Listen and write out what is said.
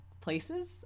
places